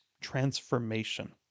transformation